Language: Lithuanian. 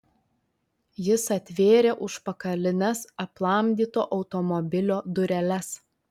jis atvėrė užpakalines aplamdyto automobilio dureles